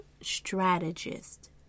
Strategist